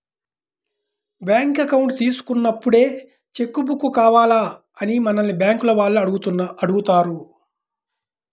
bank account తీసుకున్నప్పుడే cheque book కావాలా అని మనల్ని బ్యేంకుల వాళ్ళు అడుగుతారు